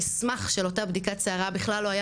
המסמך של אותה בדיקת שערה בכלל לא היה